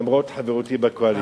למרות חברותי בקואליציה.